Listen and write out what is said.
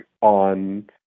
on